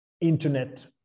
internet